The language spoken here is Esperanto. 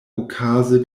okaze